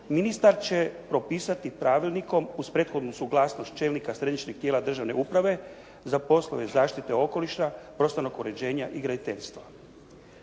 ministar će propisati pravilnikom uz prethodnu suglasnost čelnika Središnjeg tijela državne uprave za poslove zaštite okoliša, prostornog uređenja i graditeljstva.